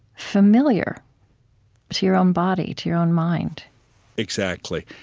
familiar to your own body, to your own mind exactly.